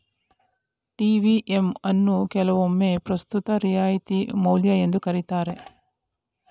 TVM ಅನ್ನು ಕೆಲವೊಮ್ಮೆ ಪ್ರಸ್ತುತ ರಿಯಾಯಿತಿ ಮೌಲ್ಯ ಎಂದು ಕರೆಯುತ್ತಾರೆ